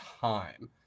time